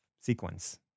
sequence